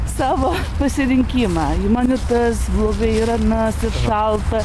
savo pasirinkimą man ir tas blogai ir anas šalta